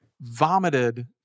vomited